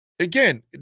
Again